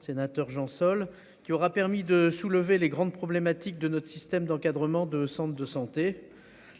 sénateur Jean-Sol qui aura permis de soulever les grandes problématiques de notre système d'encadrement de centres de santé.